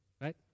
right